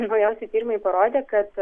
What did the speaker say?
naujausi tyrimai parodė kad